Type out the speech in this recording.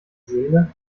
seele